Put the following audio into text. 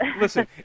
listen